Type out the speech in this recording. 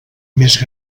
més